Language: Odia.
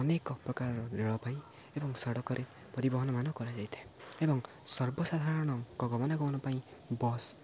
ଅନେକ ପ୍ରକାରର ରେଳବାଇ ଏବଂ ସଡ଼କରେ ପରିବହନମାନ କରାଯାଇଥାଏ ଏବଂ ସର୍ବସାଧାରଣଙ୍କ ଗମନାଗମନ ପାଇଁ ବସ୍